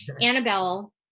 Annabelle